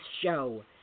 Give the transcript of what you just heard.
show